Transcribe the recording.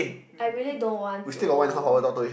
I really don't want to